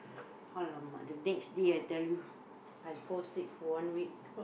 !alamak! the next day I tell you I fall sick for one week